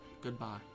Goodbye